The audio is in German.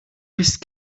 bist